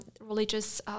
religious